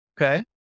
Okay